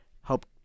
help